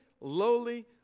lowly